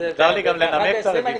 מותר לי גם לנמק את הרביזיה.